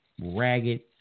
ragged